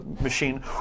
machine